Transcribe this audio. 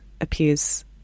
appears